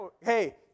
Hey